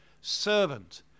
servant